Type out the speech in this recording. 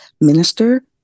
minister